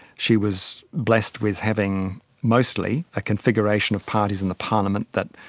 she was blessed with having mostly a configuration of parties in the parliament that